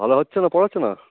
ভালো হচ্ছে না পড়াশুনা